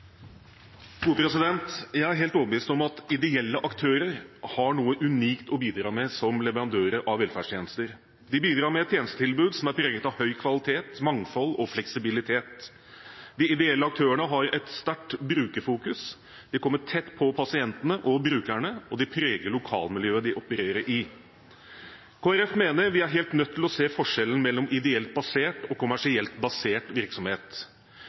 helt overbevist om at ideelle aktører har noe unikt å bidra med som leverandører av velferdstjenester. De bidrar med et tjenestetilbud som er preget av høy kvalitet, mangfold og fleksibilitet. De ideelle aktørene har et sterkt brukerfokus, de kommer tett på pasientene og brukerne, og de preger lokalmiljøet de opererer i. Kristelig Folkeparti mener vi er helt nødt til å se forskjellen mellom ideelt basert og kommersielt basert virksomhet.